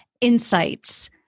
insights